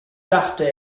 dachte